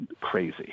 crazy